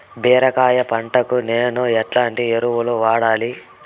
బీరకాయ పంటకు నేను ఎట్లాంటి ఎరువులు వాడాలి?